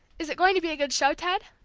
is it going to be a good show, ted?